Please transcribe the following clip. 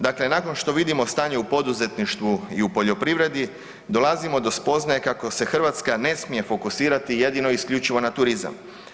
Dakle, nakon što vidimo stanje u poduzetništvu i u poljoprivredi dolazimo do spoznaje kako se Hrvatska ne smije fokusirati jedino isključivo na turizam.